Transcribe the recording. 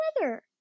weather